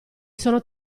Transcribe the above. sono